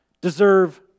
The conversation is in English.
deserve